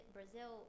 Brazil